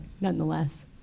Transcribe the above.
nonetheless